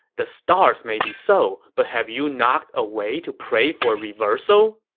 the stars may be so, but have you not a way to pray for a reversal?